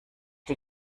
die